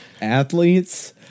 athletes